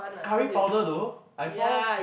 curry powder though I saw